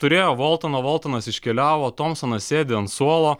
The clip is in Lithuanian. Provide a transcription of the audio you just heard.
turėjo voltoną voltonas iškeliavo tomsonas sėdi ant suolo